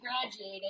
graduated